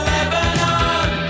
Lebanon